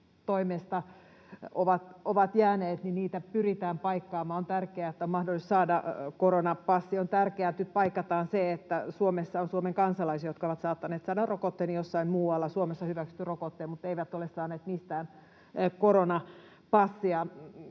ovat jääneet, pyritään paikkaamaan. On tärkeää, että on mahdollista saada koronapassi. On tärkeää, että nyt paikataan se, että Suomessa on Suomen kansalaisia, jotka ovat saattaneet saada rokotteen jossain muualla, Suomessa hyväksytyn rokotteen, mutta eivät ole saaneet mistään koronapassia.